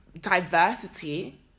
diversity